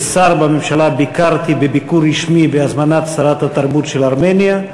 כשר בממשלה ביקרתי ביקור רשמי בהזמנת שרת התרבות של ארמניה,